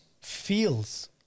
feels